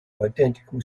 identical